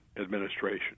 administration